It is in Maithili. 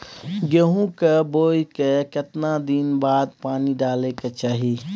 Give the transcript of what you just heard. गेहूं के बोय के केतना दिन बाद पानी डालय के चाही?